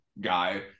guy